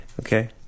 Okay